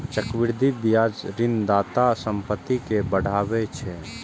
चक्रवृद्धि ब्याज ऋणदाताक संपत्ति कें बढ़ाबै छै